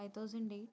five thousand eight